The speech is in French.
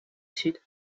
sud